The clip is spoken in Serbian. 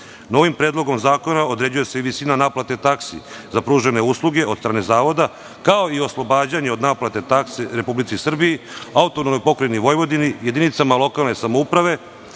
predlogom zakona određuje se i visina naplate taksi za pružene usluge od strane zakona kao i oslobađanje od naplate taksi Republici Srbiji, AP Vojvodini, jedinicama lokalne samouprave,